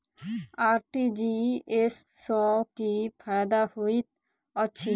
RTGS सँ की फायदा होइत अछि?